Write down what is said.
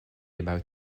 about